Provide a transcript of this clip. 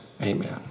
amen